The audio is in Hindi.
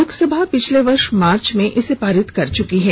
लोकसभा पिछले वर्ष मार्च में इसे पारित कर चुकी है